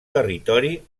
territori